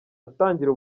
atangira